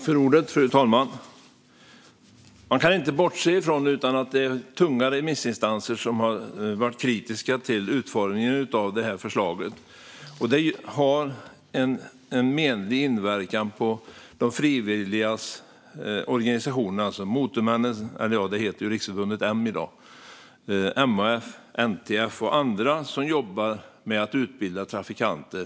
Fru talman! Man kan inte bortse från att det är tunga remissinstanser som har varit kritiska till utformningen av det här förslaget. Det har en menlig inverkan på frivilligorganisationer som Riksförbundet M, MHF, NTF och andra som jobbar med att utbilda trafikanter.